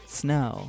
snow